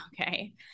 Okay